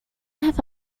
have